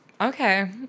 okay